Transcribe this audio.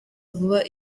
vuba